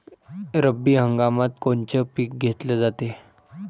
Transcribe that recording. रब्बी हंगामात कोनचं पिक घेतलं जाते?